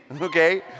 okay